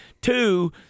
Two